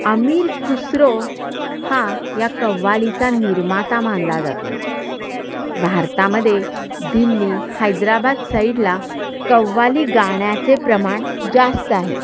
अमीर खुसरो हा या कव्वालीचा निर्माता मानला जातो भारतामध्ये दिल्ली हैद्राबाद साईडला कव्वाली गाण्याचे प्रमाण जास्त आहे